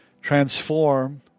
transform